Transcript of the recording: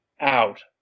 out